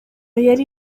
yari